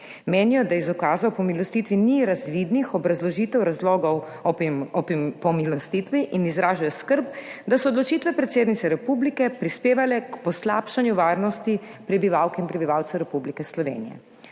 Menijo, da iz ukaza o pomilostitvi ni razvidnih obrazložitev razlogov o pomilostitvi in izražajo skrb, da so odločitve predsednice republike prispevale k poslabšanju varnosti prebivalk in prebivalcev Republike Slovenije.